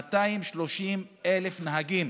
230,000 נהגים.